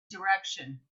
direction